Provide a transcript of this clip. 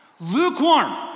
Lukewarm